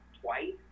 twice